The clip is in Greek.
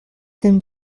την